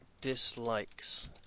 dislikes